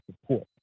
support